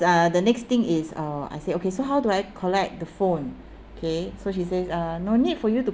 uh the next thing is uh I said okay so how do I collect the phone okay so she says uh no need for you to